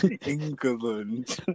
England